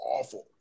awful